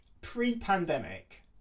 pre-pandemic